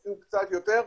אפילו קצת יותר,